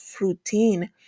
routine